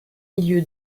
milieu